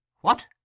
What